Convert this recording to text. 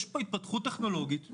יש פה התפתחות טכנולוגית טבעית,